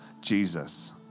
Jesus